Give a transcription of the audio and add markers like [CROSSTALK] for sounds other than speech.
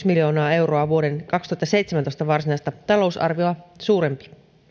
[UNINTELLIGIBLE] miljoonaa euroa vuoden kaksituhattaseitsemäntoista varsinaista talousarviota suurempi